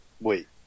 Wait